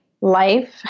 life